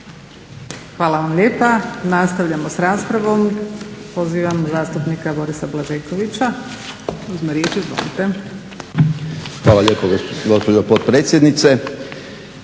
Hvala vam lijepa. Nastavljamo sa raspravom. Pozivam zastupnika Borisa Blažekovića, ima riječ. Izvolite.